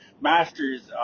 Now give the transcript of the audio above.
masters